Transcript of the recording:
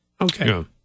Okay